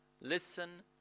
listen